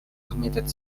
committed